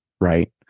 Right